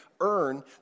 earn